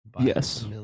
Yes